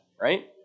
right